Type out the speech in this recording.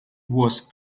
was